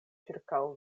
ĉirkaŭ